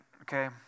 okay